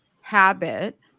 habit